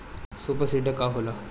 Super seeder का होला?